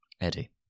Eddie